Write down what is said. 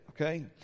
Okay